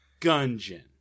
Gungeon